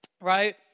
Right